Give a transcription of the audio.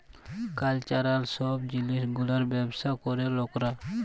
cultural সব জিলিস গুলার ব্যবসা ক্যরে লকরা